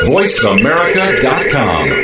VoiceAmerica.com